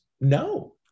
no